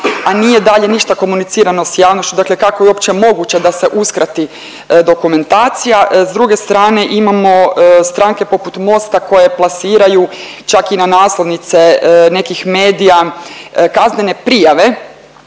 a nije dalje ništa komunicirano s javnošću. Dakle kako je uopće moguće da se uskrati dokumentacija. S druge strane imamo stranke poput Mosta koje plasiraju čak i na naslovnice nekih medija kaznene prijave